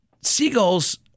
Seagulls